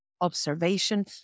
observation